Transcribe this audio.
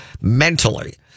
mentally